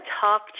talk